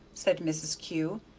said mrs. kew,